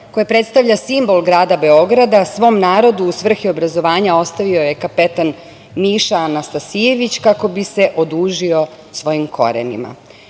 koje predstavlja simbol grada Beograda, svom narodu u svrhu obrazovanja ostavio je kapetan Miša Anastasijević, kako bi se odužio svojim korenima.